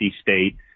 state